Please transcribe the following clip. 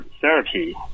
therapy